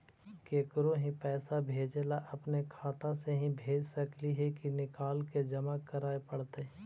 केकरो ही पैसा भेजे ल अपने खाता से ही भेज सकली हे की निकाल के जमा कराए पड़तइ?